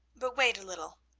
but wait a little.